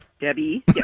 Debbie